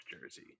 jersey